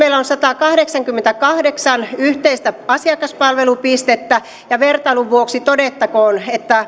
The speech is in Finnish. on satakahdeksankymmentäkahdeksan yhteistä asiakaspalvelupistettä ja vertailun vuoksi todettakoon että